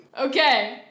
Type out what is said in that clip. Okay